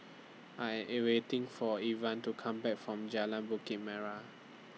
I Am A waiting For Ivah to Come Back from Jalan Bukit Merah